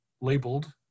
labeled